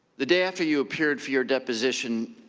the day after you appeared for your deposition,